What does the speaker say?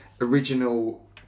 original